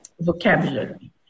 vocabulary